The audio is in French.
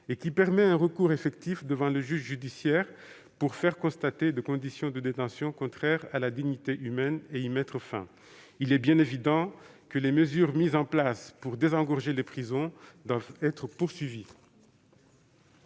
et qui permet un recours effectif devant le juge judiciaire pour faire constater des conditions de détention contraires à la dignité humaine et y mettre fin. Il est bien évident que les mesures mises en place pour désengorger les prisons doivent être poursuivies.